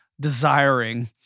desiring